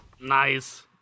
Nice